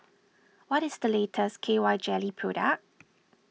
what is the latest K Y jelly product